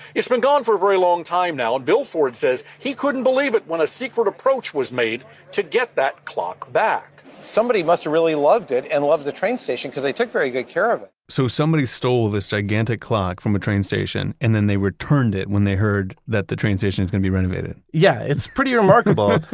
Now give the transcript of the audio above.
it's been gone for a very long time now and bill ford says he couldn't believe it when a secret approach was made to get that clock back. somebody must have really loved it and loved the train station because they took very good care of it. so somebody stole this gigantic clock from a train station and then they returned it when they heard that the train station is gonna be renovated yeah it's pretty remarkable.